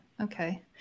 okay